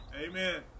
Amen